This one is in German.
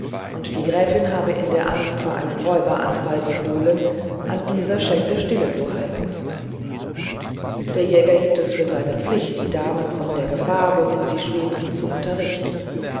und die gräfin habe in der angst vor einem räuberanfall befohlen an dieser schenke stillezuhalten der jäger hielt es für seine pflicht die damen von der gefahr worin sie schwebten zu unterrichten